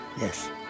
yes